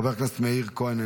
חבר הכנסת מאיר כהן,